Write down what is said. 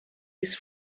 his